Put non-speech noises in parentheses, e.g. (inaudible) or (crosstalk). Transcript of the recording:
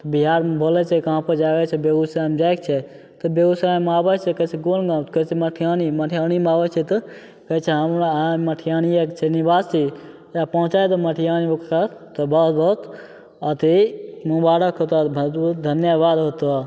तऽ बिहारमे बोलै छै कहाँ पर जायके छै बेगूसरायमे जायके छै तऽ बेगूसरायमे आबै छै कहै छै कोन गाँव तऽ कहै छै मटिहानी मटिहानीमे आबै छै तऽ कहै छै (unintelligible) मटिहानिये के छियै निवासी पहुँचाए दे मटिहानी तऽ बहुत बहुत अथी मुबारक होतो धन्यबाद होतौ